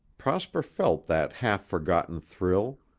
prosper felt that half-forgotten thrill.